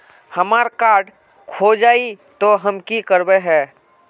हमार कार्ड खोजेई तो की करवार है?